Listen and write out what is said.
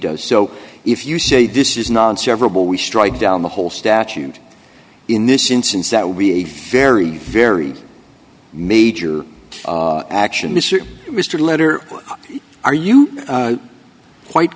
does so if you say this is non severable we strike down the whole statute in this instance that would be a very very major action to mr letter are you quite